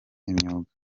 imyuga